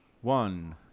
One